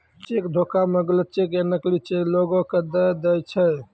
cheque धोखा मे गलत चेक या नकली चेक लोगो के दय दै छै